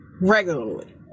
regularly